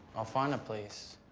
i'll find a place.